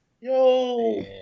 Yo